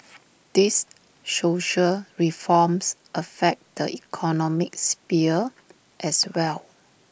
these social reforms affect the economic sphere as well